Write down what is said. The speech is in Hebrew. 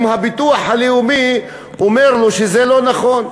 אם הביטוח הלאומי אומר לו שזה לא נכון?